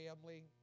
family